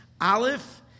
Aleph